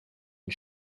and